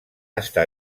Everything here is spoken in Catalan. estar